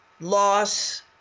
loss